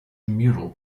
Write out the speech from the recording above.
mural